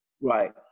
Right